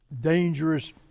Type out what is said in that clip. dangerous